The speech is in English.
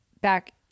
back